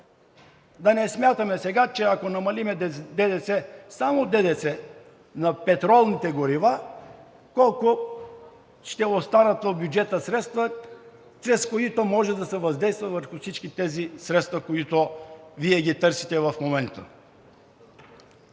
Да не смятаме сега, че ако намалим ДДС – само ДДС, на петролните горива, колко ще останат в бюджета средства, чрез които може да се въздейства върху всички тези средства, които Вие търсите в момента!